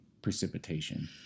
Precipitation